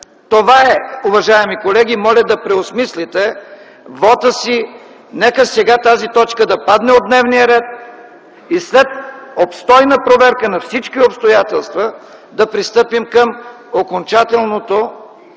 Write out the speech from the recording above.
това е. Уважаеми колеги, моля да преосмислите вота си! Нека сега тази точка да падне от дневния ред и след обстойна проверка на всички обстоятелства да пристъпим към окончателното